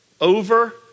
over